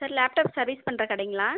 sir laptop service பண்ணுற கடைங்களா